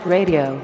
Radio